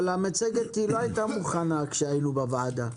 אבל המצגת לא הייתה מוכנה כשהיינו בוועדה.